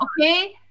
okay